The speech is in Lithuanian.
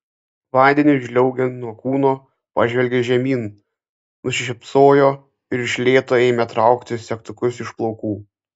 vandeniui žliaugiant nuo kūno pažvelgė žemyn nusišypsojo ir iš lėto ėmė traukti segtukus iš plaukų